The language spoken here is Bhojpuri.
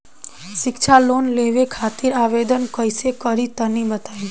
शिक्षा लोन लेवे खातिर आवेदन कइसे करि तनि बताई?